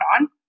on